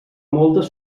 moltes